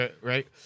right